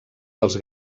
dels